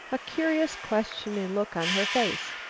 a curious questioning look on her face.